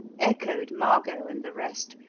echoed margot and the rest.